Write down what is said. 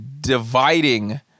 dividing